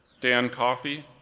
dan coffey,